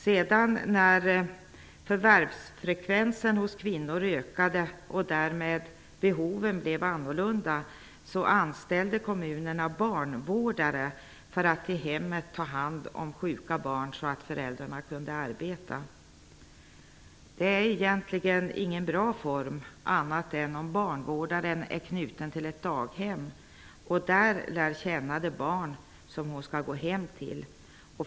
När sedan förvärvsfrekvensen hos kvinnor ökade och därmed behoven blev annorlunda, anställde kommunerna barnvårdare för att i hemmet ta hand om sjuka barn så att föräldrarna kunde arbeta. Detta är egentligen inte någon bra form av vård, annat än om barnvårdaren är knuten till ett daghem och där lär känna det barn som hon skall gå hem till.